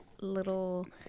little